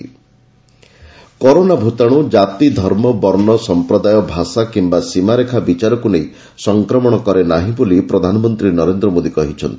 PM Covid nineteen corona ଭୂତାଣୁ ଜାତି ଧର୍ମ ବର୍ଣ୍ଣ ସଂପ୍ରଦାୟ ଭାଷା କିୟା ସୀମାରେଖା ବିଚାରକୁ ନେଇ ସଂକ୍ରମଣ କରେନାହିଁ ବୋଲି ପ୍ରଧାନମନ୍ତ୍ରୀ ନରେନ୍ଦ୍ର ମୋଦୀ କହିଛନ୍ତି